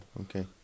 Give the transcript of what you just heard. okay